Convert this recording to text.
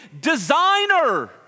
Designer